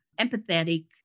empathetic